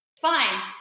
Fine